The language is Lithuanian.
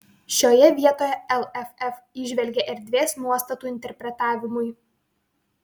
šioje vietoje lff įžvelgė erdvės nuostatų interpretavimui